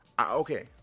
okay